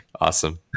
Awesome